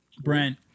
Brent